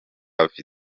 hafi